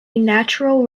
natural